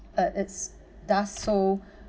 uh it's does so